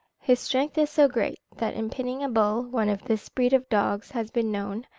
his strength is so great, that in pinning a bull, one of this breed of dogs has been known,